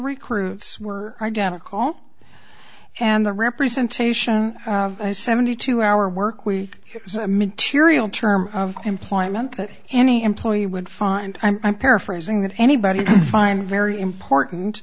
recruits were identical and the representation of a seventy two hour work week is a material term of employment that any employee would find i'm paraphrasing that anybody find very important